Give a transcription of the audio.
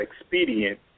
expedient